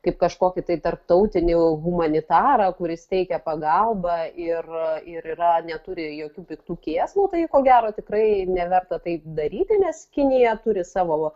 kaip kažkokį tai tarptautinį humanitarą kuris teikia pagalbą ir ir yra neturi jokių piktų kėslų tai ko gero tikrai neverta taip daryti nes kinija turi savo